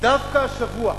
דווקא השבוע,